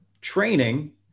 training